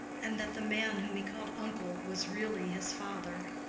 and that the man whom he called uncle was really his father.